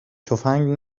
تفنگ